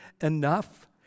enough